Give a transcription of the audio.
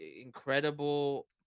incredible